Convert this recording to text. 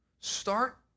Start